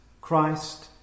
Christ